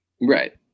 Right